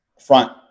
front